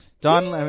Don